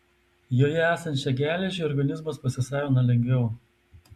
joje esančią geležį organizmas pasisavina lengviau